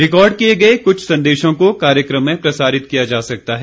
record किए गए कुछ संदेशों को कार्यक्रम में प्रसारित किया जा सकता है